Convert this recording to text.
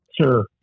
Sure